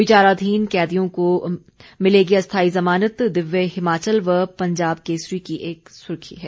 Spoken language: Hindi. विचाराधीन कैदियों को मिलेगी अस्थाई ज़मानत दिव्य हिमाचल व पंजाब केसरी की एक सी सुर्खी है